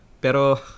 Pero